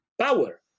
power